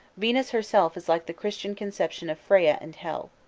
venus herself is like the christian conception of freya and hel.